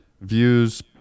views